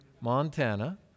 Montana